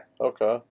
Okay